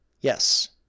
Yes